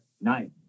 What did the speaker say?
nine